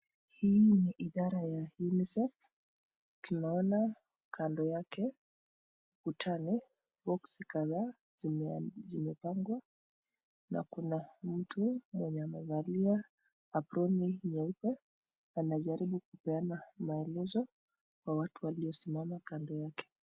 Hii ni idara ya unicef. Tunaona kando yake kutani box kadhaa zimepangwa na kuna mtu mwenye amevalia apron nyeupe anajaribu kupeana maelezo kwa watu waliosimama kando yake.